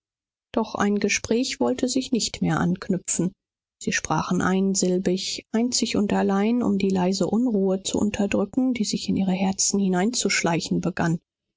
doch ein gespräch wollte sich nicht mehr anknüpfen sie sprachen einsilbig einzig und allein um die leise unruhe zu unterdrücken die sich in ihre herzen hineinzuschleichen begann